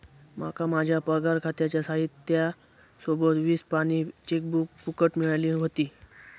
माका माझ्या पगार खात्याच्या साहित्या सोबत वीस पानी चेकबुक फुकट मिळाली व्हती